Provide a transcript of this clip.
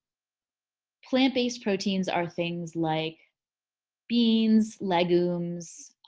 plant-based proteins are things like beans, legumes.